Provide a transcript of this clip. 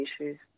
issues